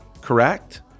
Correct